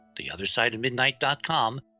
TheOtherSideOfMidnight.com